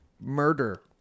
murder